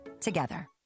together